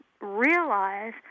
realize